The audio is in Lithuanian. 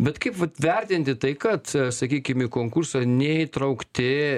bet kaip vertinti tai kad sakykim į konkursą neįtraukti